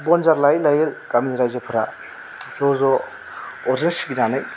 बन्जार लायै लायै गामिनि रायजोफ्रा ज ज अरजों सिगिनानै